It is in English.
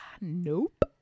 Nope